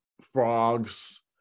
frogs